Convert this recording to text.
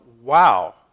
wow